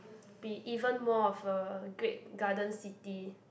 be even more of a great garden city